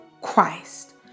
Christ